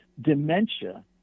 Dementia